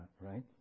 right